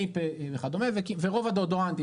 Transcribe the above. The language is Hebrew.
מי פה וכדומה ורוב הדאודורנטים,